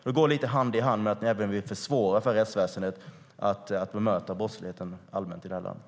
Det går lite hand i hand med att ni även vill försvåra för rättsväsendet att bemöta brottsligheten i landet.